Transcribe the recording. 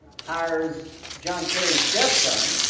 hired john carey stepson.